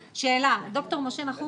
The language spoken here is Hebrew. שאלה, ד"ר משה נחום.